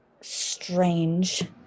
strange